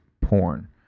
porn